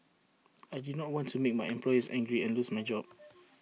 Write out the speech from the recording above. I did not want to make my employers angry and lose my job